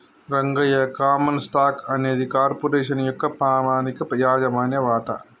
Rangayya common stock అనేది corporation యొక్క పామనిక యాజమాన్య వాట